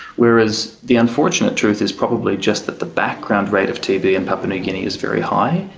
whereas the unfortunate truth is probably just that the background rate of tb in papua new guinea is very high,